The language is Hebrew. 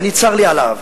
ואני, צר לי עליו.